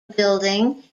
building